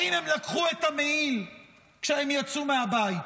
האם הם לקחו את המעיל כשהם יצאו מהבית?